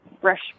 fresh